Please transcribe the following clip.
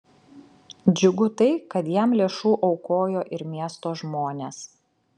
džiugu tai kad jam lėšų aukojo ir miesto žmonės